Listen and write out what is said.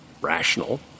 rational